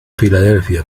filadelfia